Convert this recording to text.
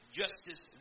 justice